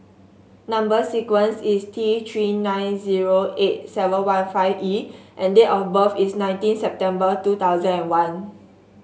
number sequence is T Three nine zero eight seven one five E and date of birth is nineteen September two thousand and one